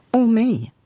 or me.